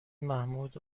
محمود